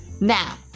Now